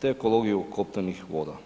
te ekologiju kopnenih voda.